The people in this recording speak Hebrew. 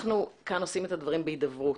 אנחנו כאן עשינו את הדברים בהידברות,